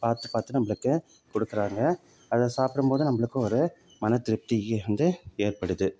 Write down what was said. பார்த்து பார்த்து நம்மளுக்கு கொடுக்குறாங்க அதை சாப்பிடும் போது நம்மளுக்கும் ஒரு மன திருப்தி வந்து ஏற்படுது